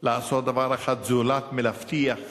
לעשות דבר אחד זולת הבטחת